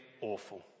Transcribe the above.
awful